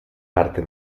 parte